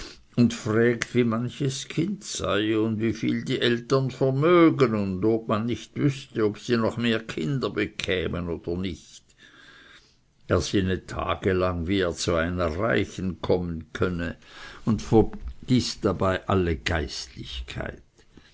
und fragt wie manches kind sei und wieviel die eltern vermögen und ob man nicht wüßte ob sie noch mehr kinder bekämen oder nicht er sinnet tagelang wie er zu einer reichen kommen könne und vergißt dabei alle geistlichkeit